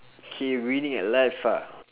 K winning at life ah